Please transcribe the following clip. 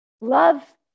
Love